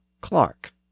Clark